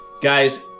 Guys